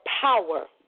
power